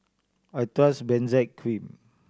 I trust Benzac Cream